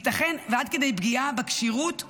ייתכן ועד כדי פגיעה בכשירות ובתפקוד,